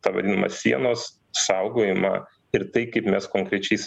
tą vadinamą sienos saugojimą ir tai kaip mes konkrečiais